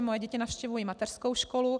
Moje děti navštěvují mateřskou školu.